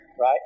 right